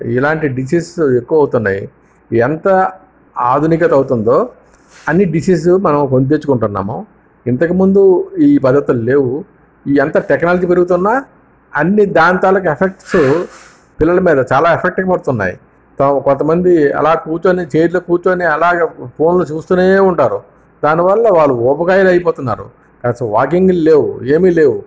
ఇలాంటి డిసీసేస్ ఎక్కువ అవుతున్నాయి ఎంత ఆధునికత అవుతుందో అన్నీ డిసీసేస్ మనము కొని తెచ్చుకుంటున్నాము ఇంతకుముందు ఈ పద్ధతులు లేవు ఎంత టెక్నాలజీ పెరుగుతున్న అన్ని దాని తాలూకా ఎఫెక్ట్స్ పిల్లల మీద చాలా ఎఫెక్టింగ్ పడుతున్నాయి కొంతమంది ఆలా కూర్చొని చైర్లో కూర్చుని దాని ఫోన్లో చూస్తూనే ఉంటారు దానివల్ల వాళ్ళు ఊబకాయాలు అయిపోతున్నారు అసలు వాకింగ్లు లేవు ఏమీ లేవు